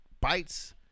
bites